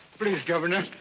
please, governor.